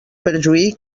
perjuí